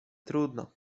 trudno